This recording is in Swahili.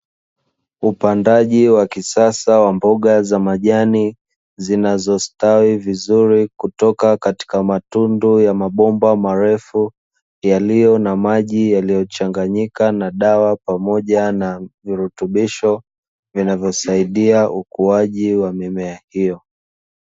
Upandaji wa kisasa wa mboga za majani zinazostawi vizuri kutoka katika matundu ya mabomba marefu yaliyo na maji yaliyochanganyika na dawa pamoja na virutubisho vinavyosaidia ukuaji wa mimea hiyo.